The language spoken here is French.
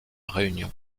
réunion